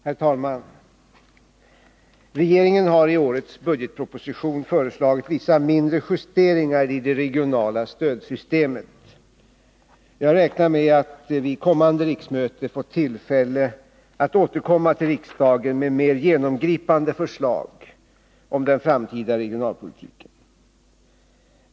Herr talman! Regeringen har i årets budgetproposition föreslagit vissa mindre justeringar i det regionala stödsystemet. Jag räknar med att vid kommande riksmöte få tillfälle att återkomma till riksdagen med mer genomgripande förslag om den framtida regionalpolitiken.